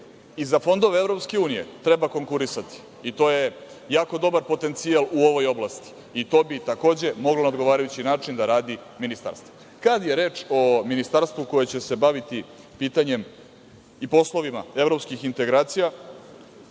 za fondove EU treba konkurisati i to je jako dobar potencijal u ovoj oblasti i to bi takođe moglo na odgovarajući način da radi ministarstvo. Kada je reč o ministarstvu koje će se baviti pitanjem i poslovima evropskih integracija,